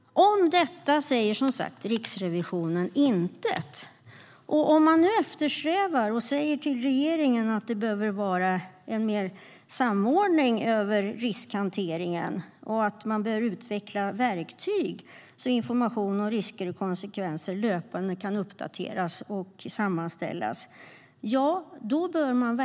Om detta säger som sagt Riksrevisionen intet. Men om man nu eftersträvar - och säger det till regeringen - en bättre samordning av riskhanteringen samt utveckling av verktyg för löpande uppdatering och sammanställning av information om risker och konsekvenser bör man verkligen gå djupare in och titta även på dotterbolagen.